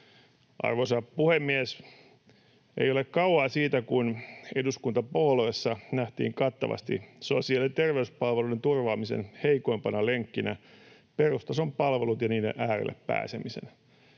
Arvoisa puhemies! Ei ole kauan siitä, kun eduskuntapuolueissa nähtiin kattavasti sosiaali- ja terveyspalveluiden turvaamisen heikoimpana lenkkinä perustason palvelut ja niiden äärelle pääseminen.